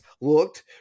looked